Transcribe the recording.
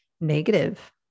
negative